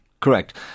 Correct